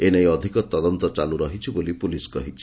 ଏ ନେଇ ଅଧିକ ତଦନ୍ତ ଚାଲୁ ରହିଛି ବୋଲି ପୁଲିସ୍ କହିଛି